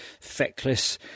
feckless